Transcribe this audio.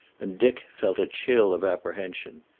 and dick felt a chill of apprehension.